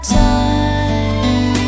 time